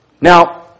Now